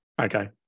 Okay